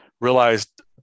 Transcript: realized